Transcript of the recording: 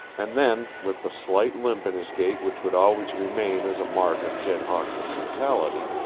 and then, with the slight limp in his gait which would always remain as a mark of jed hawkins' brutality,